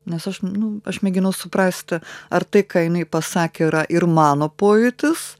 nes aš nu aš mėginau suprasti ar tai ką jinai pasakė yra ir mano pojūtis